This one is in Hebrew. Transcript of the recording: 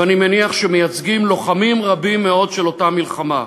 ואני מניח שהם מייצגים לוחמים רבים מאוד של אותה מלחמה: